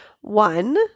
One